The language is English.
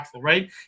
right